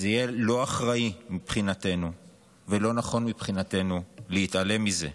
זה יהיה לא אחראי מבחינתנו ולא נכון מבחינתנו להתעלם מזה.